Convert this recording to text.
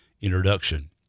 introduction